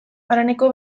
haraneko